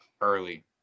early